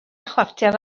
chwarter